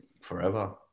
Forever